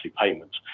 payment